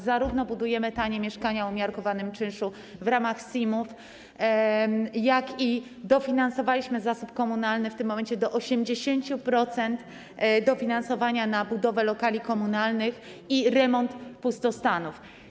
Zarówno budujemy tanie mieszkania o umiarkowanym czynszu w ramach SIM-ów, jak i dofinansowaliśmy zasób komunalny - w tym momencie do 80% dofinansowania na budowę lokali komunalnych i remont pustostanów.